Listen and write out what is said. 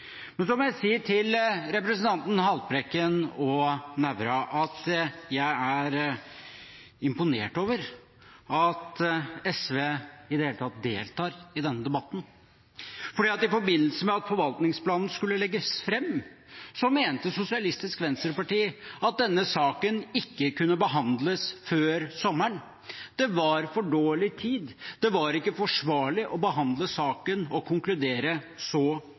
Så må jeg si til representantene Haltbrekken og Nævra at jeg er imponert over at SV i det hele tatt deltar i denne debatten. For i forbindelse med at forvaltningsplanen skulle legges fram, mente Sosialistisk Venstreparti at denne saken ikke kunne behandles før sommeren – det var for dårlig tid, det var ikke forsvarlig å behandle saken og konkludere så